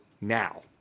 Now